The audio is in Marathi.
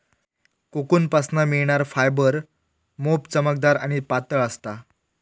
कोकूनपासना मिळणार फायबर मोप चमकदार आणि पातळ असता